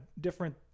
different